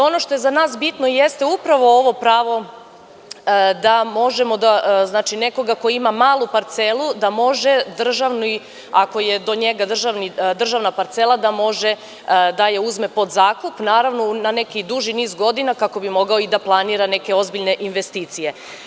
Ono što je za nas bitno jeste upravo ovo pravo da može neko ko ima malu parcelu, ako je do njega državna parcela, da može da je uzme pod zakup, naravno, na neki duži niz godina, kako bi mogao i da planira neke ozbiljne investicije.